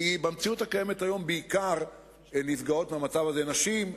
כי במציאות הקיימת היום בעיקר נפגעות מהמצב הזה נשים,